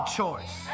choice